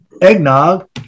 eggnog